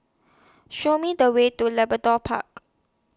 Show Me The Way to Park